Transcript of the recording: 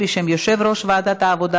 בשם יושב-ראש ועדת העבודה,